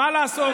אתם אלופים.